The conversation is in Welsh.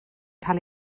cael